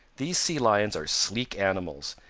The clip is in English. these sea lions are sleek animals,